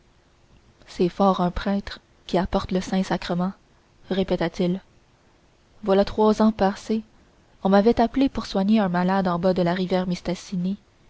c'est fort un prêtre qui apporte le saint-sacrement répéta-t-il voilà trois ans passés on m'avait appelé pour soigner un malade en bas de la rivière mistassini